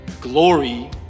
glory